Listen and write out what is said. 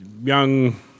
young